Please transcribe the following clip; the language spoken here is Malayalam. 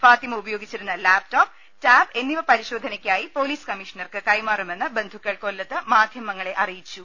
ഫാത്തിമ ഉപയോഗി ച്ചിരുന്ന ലാപ്ടോപ്പ് ടാബ് എന്നിവ പരിശോധനയ്ക്കായി പോലീസ് കമ്മീഷ ണർക്ക് കൈമാറുമെന്ന് ബന്ധുക്കൾ കൊല്ലത്ത് മാധ്യമങ്ങളെ അറിയിച്ചു